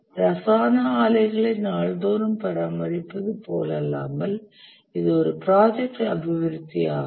ரசாயன ஆலைகளை நாள்தோறும் பராமரிப்பது போலல்லாமல் இது ஒரு ப்ராஜெக்ட் அபிவிருத்தி ஆகும்